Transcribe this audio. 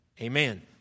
amen